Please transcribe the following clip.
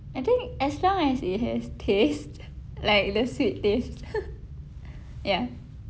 I think as long as it has taste like the sweet taste ya